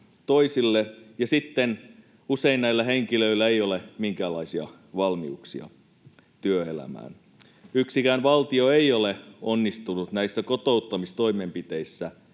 toisille, ja sitten usein näillä henkilöillä ei ole minkäänlaisia valmiuksia työelämään. Yksikään valtio ei ole onnistunut näissä kotouttamistoimenpiteissä,